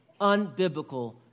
unbiblical